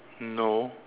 no